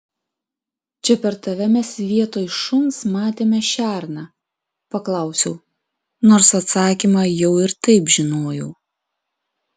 čia per tave mes vietoj šuns matėme šerną paklausiau nors atsakymą jau ir taip žinojau